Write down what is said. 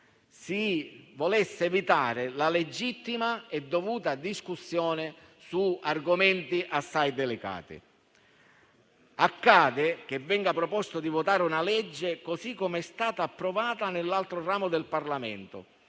si volesse evitare la legittima e dovuta discussione su argomenti assai delicati. Accade che venga proposto di votare una legge così com'è stata approvata nell'altro ramo del Parlamento,